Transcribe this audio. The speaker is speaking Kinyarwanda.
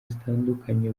zitandukanye